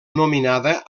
nominada